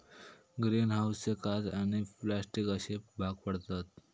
green हाऊसचे काच आणि प्लास्टिक अश्ये भाग पडतत